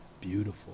beautiful